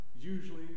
usually